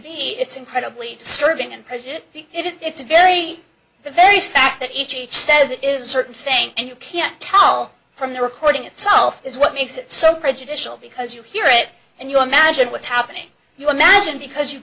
be it's incredibly disturbing and present it it's very the very fact that each says it is a certain thing and you can tell from the recording itself is what makes it so prejudicial because you hear it and you imagine what's happening you imagine because you